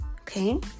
Okay